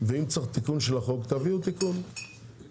ואם צריך תיקון של החוק, תביאו תיקון מהיר.